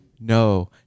no